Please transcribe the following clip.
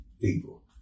people